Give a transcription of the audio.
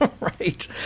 right